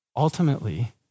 Ultimately